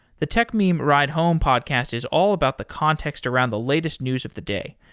the techmeme ride home podcast is all about the context around the latest news of the day.